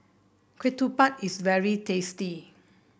ketupat is very tasty